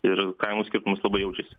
ir kainų skirtumas labai jaučiasi